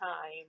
time